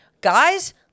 guys